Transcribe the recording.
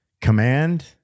Command